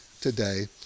today